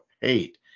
hate